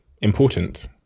important